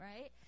right